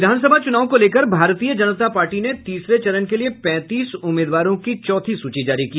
विधानसभा चुनाव को लेकर भारतीय जनता पार्टी ने तीसरे चरण के लिए पैंतीस उम्मीदवारों की चौथी सूची जारी की